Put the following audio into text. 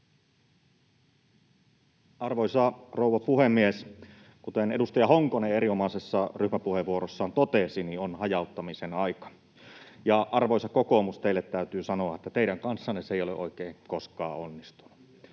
Arvoisa rouva puhemies! Kuten edustaja Honkonen erinomaisessa ryhmäpuheenvuorossaan totesi, on hajauttamisen aika. Ja, arvoisa kokoomus, teille täytyy sanoa, että teidän kanssanne se ei ole oikein koskaan onnistunut.